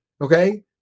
okay